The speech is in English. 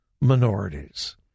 minorities